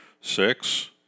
six